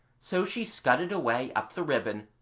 so she scudded away up the ribbon,